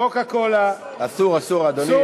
"קוקה-קולה" --- אסור, אסור -- אסור?